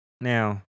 Now